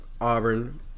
Auburn